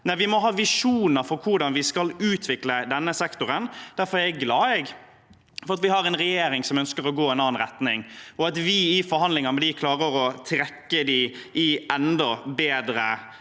mv. 2023 (rammeområde 5) skal utvikle denne sektoren. Derfor er jeg glad for at vi har en regjering som ønsker å gå i en annen retning, og for at vi i forhandlinger med dem klarer å trekke dem i en enda bedre